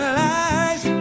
lies